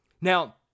Now